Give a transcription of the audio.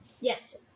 Yes